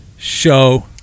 Show